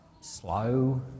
slow